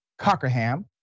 Cockerham